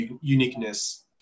uniqueness